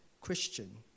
Christian